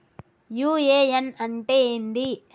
UAN అంటే ఏంది?